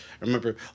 remember